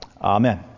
Amen